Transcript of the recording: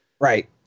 Right